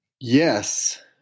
Yes